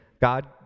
God